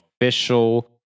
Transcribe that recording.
official